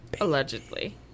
Allegedly